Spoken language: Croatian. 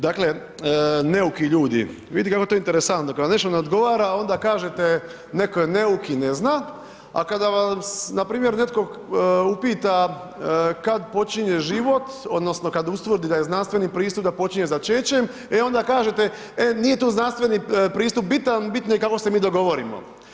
Dakle, neuki ljudi, vidi kako je to interesantno kao ništa ne odgovara onda kažete netko je neuk i ne zna, a kada vas npr. netko upita kad počinje život odnosno kad ustvrdi da je znanstveni pristup da počinje začećem, e onda kažete, e nije tu znanstveni pristup bitan, bitno je kako se mi dogovorimo.